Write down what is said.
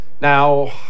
Now